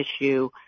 issue